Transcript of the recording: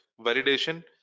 Validation